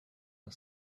are